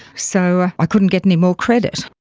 so i couldn't get any more credit.